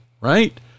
right